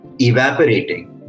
evaporating